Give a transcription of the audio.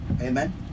Amen